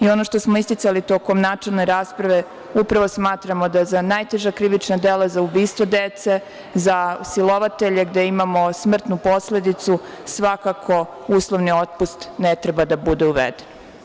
Ono što smo isticali tokom načelne rasprave, upravo smatramo da za najteža krivična dela, za ubistvo dece, za silovatelje gde imamo smrtnu posledicu svakako uslovni otpust ne treba da bude uveden.